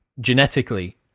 genetically